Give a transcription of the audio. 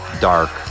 dark